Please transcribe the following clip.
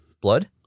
Blood